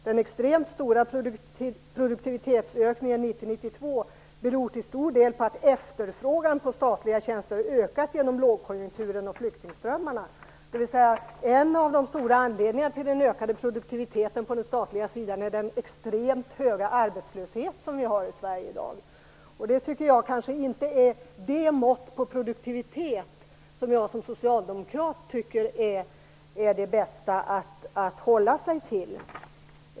Den extremt stora produktivitetsökningen 1990--1992 beror till stor del på att efterfrågan på statliga tjänster har ökat genom lågkonjunkturen och flyktingströmmarna. En av de stora anledningarna till den ökade produktiviteten på den statliga sidan är alltså den extremt höga arbetslöshet som vi har i Sverige i dag. Som socialdemokrat tycker jag kanske inte att det måttet på produktivitet är det bästa att hålla sig till.